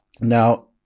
Now